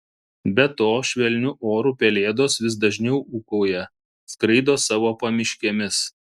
be to švelniu oru pelėdos vis dažniau ūkauja skraido savo pamiškėmis